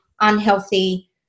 unhealthy